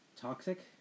Toxic